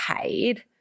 paid